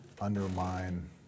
undermine